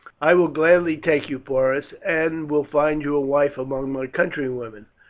i will gladly take you, porus, and will find you a wife among my countrywomen.